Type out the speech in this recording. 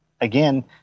again